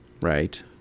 Right